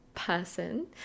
person